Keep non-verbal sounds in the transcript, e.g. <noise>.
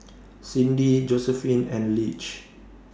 <noise> Cindi Josephine and Lige